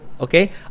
okay